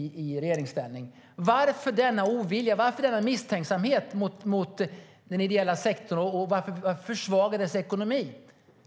Varför denna ovilja? Varför denna misstänksamhet mot den ideella sektorn? Varför försvaga dess ekonomi?